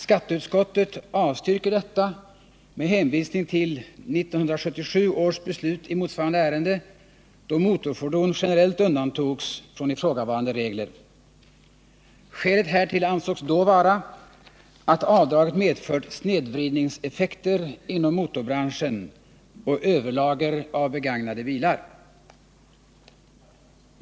Skatteutskottet avstyrker detta med hänvisning till 1977 års beslut i motsvarande ärende, då motorfordon generellt undantogs från ifrågavarande regler. Skälet härtill ansågs då vara att avdraget medfört snedvridningseffekter inom motorbranschen och överlager av begagnade bilar.